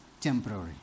temporary